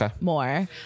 more